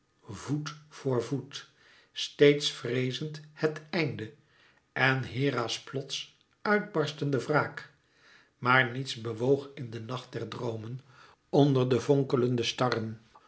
voet voor voet steeds vreezend het einde en hera's plots uit barstende wraak maar niets bewoog in de nacht der droomen onder de vonkelende starren